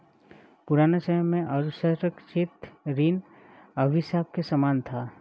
पुराने समय में असुरक्षित ऋण अभिशाप के समान था